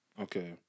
okay